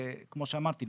כמו שאמרתי,